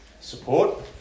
support